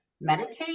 meditate